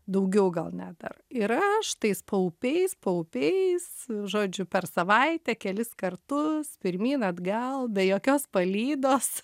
daugiau gal net dar ir aš tais paupiais paupiais žodžiu per savaitę kelis kartus pirmyn atgal be jokios palydos